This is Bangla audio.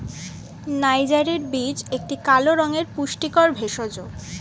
নাইজারের বীজ একটি কালো রঙের পুষ্টিকর ভেষজ